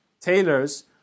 tailors